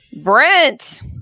Brent